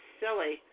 silly